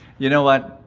you know what?